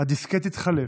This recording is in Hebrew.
הדיסקט התחלף,